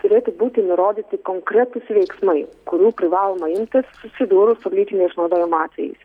turėtų būti nurodyti konkretūs veiksmai kurių privaloma imtis susidūrus su lytinio išnaudojimo atvejais